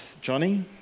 Johnny